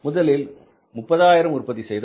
முதலில் 30000 உற்பத்தி செய்தோம்